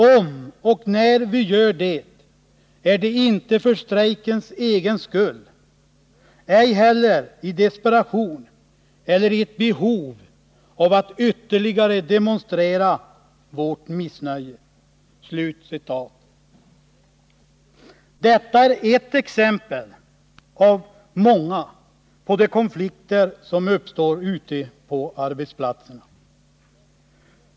Om och när vi gör det, är det inte för strejkens egen skull, ej heller i desperation eller i ett behov av att ytterligare demonstrera vårt missnöje. Detta är ett bland många exempel på de konflikter som uppstår ute på arbetsplatserna.